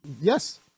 Yes